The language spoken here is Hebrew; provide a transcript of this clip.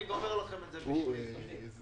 אני גומר לכם את זה בשני ---.